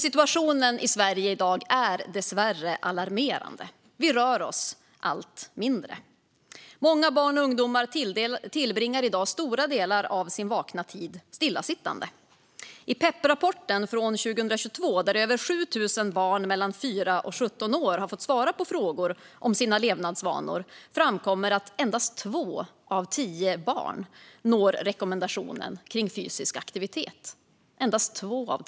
Situationen i Sverige i dag är dessvärre alarmerande. Vi rör oss allt mindre. Många barn och ungdomar tillbringar i dag stora delar av sin vakna tid stillasittande. I PEP-rapporten från 2022, där över 7 000 barn i åldern 4-17 år har fått svara på frågor om sina levnadsvanor, framkommer att endast två av tio barn når rekommendationen för fysisk aktivitet.